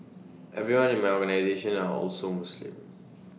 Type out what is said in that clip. everyone in my organisation are all so Muslim